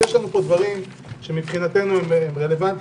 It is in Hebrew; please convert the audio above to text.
יש לנו פה דברים שמבחינתנו רלוונטיים,